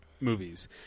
movies